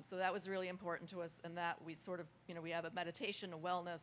so that was really important to us and that we sort of you know we have a meditation a wellness